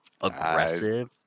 aggressive